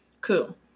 Cool